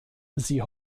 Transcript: sie